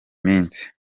minsi